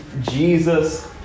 Jesus